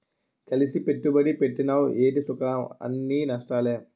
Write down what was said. కలిసి పెట్టుబడి పెట్టినవ్ ఏటి సుఖంఅన్నీ నష్టాలే